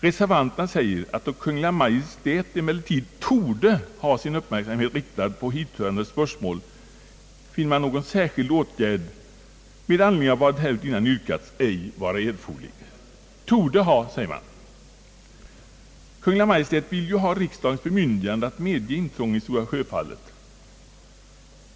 Reservanterna säger, att då Kungl. Maj:t emellertid torde ha sin uppmärksamhet riktad på hithörande spörsmål finner man någon särskild åtgärd »med anledning vad härutinnan yrkats» ej vara erforderlig. Torde ha — säger man. Kungl. Maj:t vill ju ha riksdagens bemyndigande att medge intrång i Stora Sjöfallets nationalpark.